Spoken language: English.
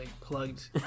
plugged